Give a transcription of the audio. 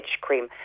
cream